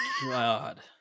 God